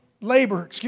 labor